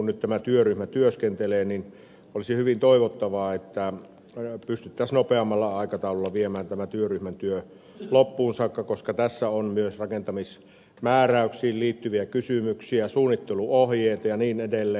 nyt kun tämä työryhmä työskentelee niin olisi hyvin toivottavaa että pystyttäisiin nopeammalla aikataululla viemään tämän työryhmän työ loppuun saakka koska tässä on myös rakentamismääräyksiin liittyviä kysymyksiä suunnitteluohjeita ja niin edelleen